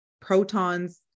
protons